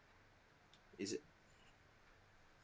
is it